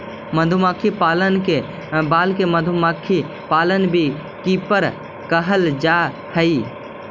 मधुमक्खी पालन करे वाला के मधुमक्खी पालक बी कीपर कहल जा हइ